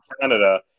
Canada